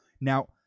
Now